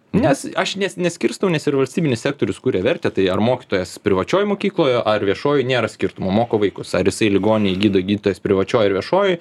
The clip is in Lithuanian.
nes aš nes neskirstau nes ir valstybinis sektorius kuria vertę tai ar mokytojas privačioj mokykloj ar viešojoj nėra skirtumo moko vaikus ar jisai ligonį gydo gydytojas privačioj ar viešojoj